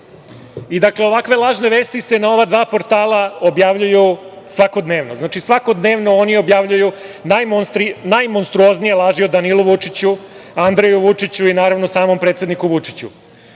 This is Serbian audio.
štampu. Ovakve lažne vesti se na ova dva portala objavljuju svakodnevno. Znači, svakodnevno oni objavljuju najmonstruoznije laži o Danilu Vučiću, Andreju Vučiću i, naravno, samom predsedniku Vučiću. Oba